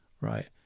right